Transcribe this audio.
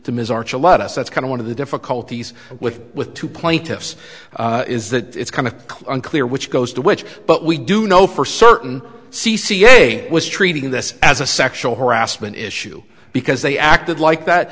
us that's kind of one of the difficulties with with two plaintiffs is that it's kind of unclear which goes to which but we do know for certain c c a was treating this as a sexual harassment issue because they acted like that